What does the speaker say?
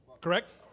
Correct